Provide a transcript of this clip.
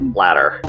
ladder